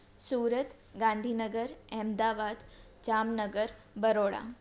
Surat Gandhinagar Ahmedabad Jamnagar Baroda